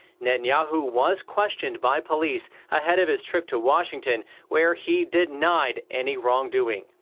netanyahu was questioned by police ahead of his trip to washington, where he denied any wrong-doing.